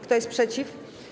Kto jest przeciw?